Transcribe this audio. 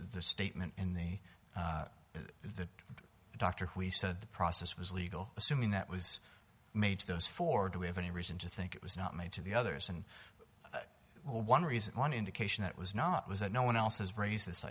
this statement in the the doctor we said the process was legal assuming that was made to those four do we have any reason to think it was not made to the others and one reason one indication that was not was that no one else has raised this